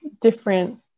different